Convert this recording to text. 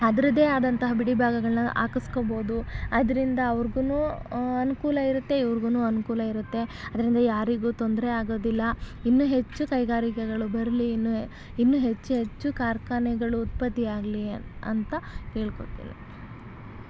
ಅದರದ್ದೇ ಆದಂತಹ ಬಿಡಿ ಭಾಗಗಳನ್ನು ಹಾಕಿಸ್ಕೋಬೋದು ಅದರಿಂದ ಅವ್ರಿಗೂ ಅನುಕೂಲ ಇರುತ್ತೆ ಇವ್ರಿಗೂ ಅನುಕೂಲ ಇರುತ್ತೆ ಅದರಿಂದ ಯಾರಿಗೂ ತೊಂದರೆ ಆಗೋದಿಲ್ಲ ಇನ್ನೂ ಹೆಚ್ಚು ಕೈಗಾರಿಕೆಗಳು ಬರಲಿ ಇನ್ನು ಇನ್ನೂ ಹೆಚ್ಚು ಹೆಚ್ಚು ಕಾರ್ಖಾನೆಗಳು ಉತ್ಪತ್ತಿಯಾಗಲಿ ಅಂತ ಕೇಳ್ಕೊತೀನಿ